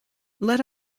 let